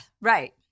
right